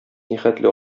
нихәтле